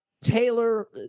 Taylor